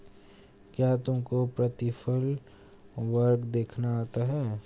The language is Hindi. क्या तुमको प्रतिफल वक्र देखना आता है?